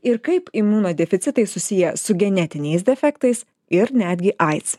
ir kaip imunodeficitai susiję su genetiniais defektais ir netgi aids